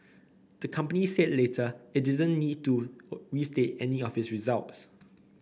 the company said later it didn't need to restate any of its results